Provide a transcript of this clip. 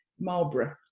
Marlborough